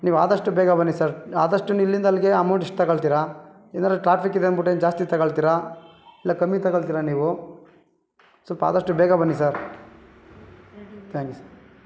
ನೀವು ಆದಷ್ಟು ಬೇಗ ಬನ್ನಿ ಸರ್ ಆದಷ್ಟು ಇಲ್ಲಿಂದ ಅಲ್ಲಿಗೆ ಅಮೌಂಟ್ ಎಷ್ಟು ತಗೊಳ್ತೀರಾ ಏನಾರು ಟ್ರಾಫಿಕ್ ಇದೆ ಅನ್ಬಿಟ್ಟು ಏನು ಜಾಸ್ತಿ ತಗೊಳ್ತೀರಾ ಇಲ್ಲ ಕಮ್ಮಿ ತಗೊಳ್ತೀರಾ ನೀವು ಸ್ವಲ್ಪ ಆದಷ್ಟು ಬೇಗ ಬನ್ನಿ ಸರ್ ಥ್ಯಾಂಕ್ಸ್